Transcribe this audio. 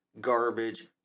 garbage